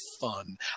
fun